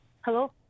hello